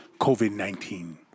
COVID-19